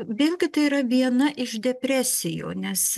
vėlgi tai yra viena iš depresijų nes